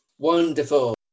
Wonderful